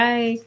Bye